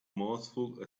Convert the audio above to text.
mouthful